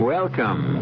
Welcome